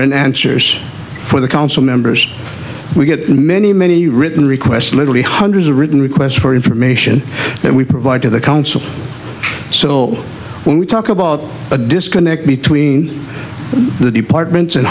in answers for the council members we get many many written request literally hundreds a written request for information that we provide to the council so when we talk about a disconnect between the departments and